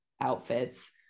outfits